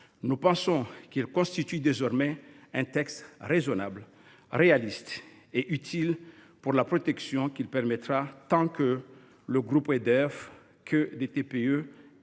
Nous pensons qu’il constitue désormais un texte raisonnable, réaliste et utile, pour protéger tant le groupe EDF que les TPE